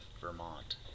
Vermont